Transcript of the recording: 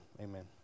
Amen